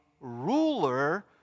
ruler